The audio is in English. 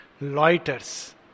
loiter's